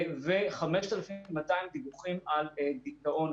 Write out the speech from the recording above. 5,200 דיווחים על דיכאון.